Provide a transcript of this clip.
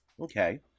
okay